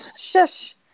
shush